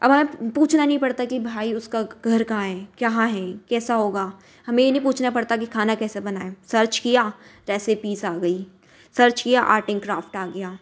अब हमें पूछना नहीं पड़ता कि भाई उसका घर कहाँ है कहाँ है कैसा होगा हमें यह नहीं पूछना पड़ता कि खाना कैसे बनाए सर्च किया रेसिपीस आ गई सर्च किया आर्ट एन क्राफ्ट आ गया